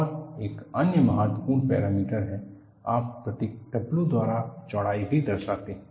और एक अन्य महत्वपूर्ण पैरामीटर है आप प्रतीक W द्वारा चौड़ाई को दर्शाते हैं